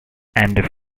and